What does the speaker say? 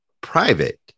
private